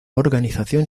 organización